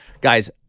Guys